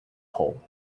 hall